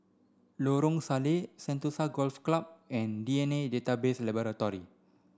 Lorong Salleh Sentosa Golf Club and D N A Database Laboratory